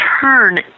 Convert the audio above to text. turn